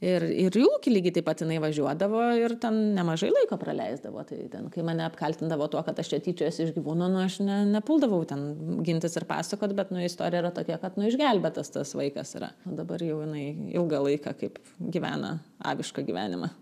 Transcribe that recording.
ir į ūkį lygiai taip pat jinai važiuodavo ir ten nemažai laiko praleisdavo tai ten kai mane apkaltindavo tuo kad aš čia tyčiojuosi iš gyvūnų aš ne ne puldavau ten gintis ir pasakot bet nu istorija yra tokia kad nu išgelbėtas tas vaikas yra dabar jau jinai ilgą laiką kaip gyvena avišką gyvenimą